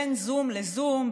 בין זום לזום,